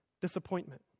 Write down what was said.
disappointment